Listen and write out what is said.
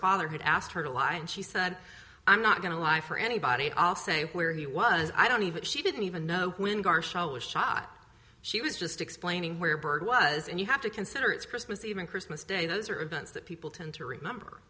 father had asked her to lie and she said i'm not going to lie for anybody i'll say where he was i don't even she didn't even know when garcia was shot she was just explaining where bird was and you have to consider it's christmas eve and christmas day those are events that people tend to remember